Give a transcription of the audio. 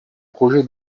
projet